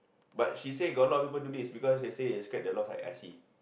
but she say got a lot of people do this because she say they scared the loss of I_C